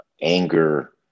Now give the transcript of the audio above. anger